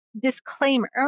disclaimer